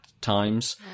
times